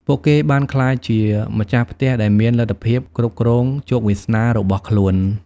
ពួកគេបានក្លាយជាម្ចាស់ផ្ទះដែលមានលទ្ធភាពគ្រប់គ្រងជោគវាសនារបស់ខ្លួន។